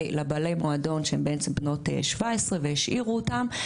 המועדון שהן בעצם בנות 17 והשאירו אותן.